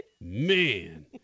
man